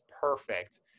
perfect